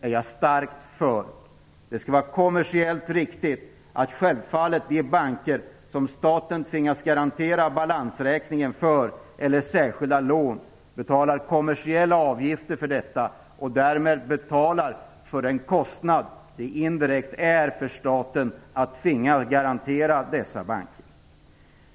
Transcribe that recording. Det är självfallet kommersiellt riktigt att de banker för vilka staten tvingats garantera balansräkningen eller särskilda lån betalar kommersiella avgifter för detta och därmed betalar för den kostnad som det indirekt är för staten att tvingas garantera dessa banker.